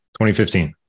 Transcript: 2015